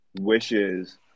wishes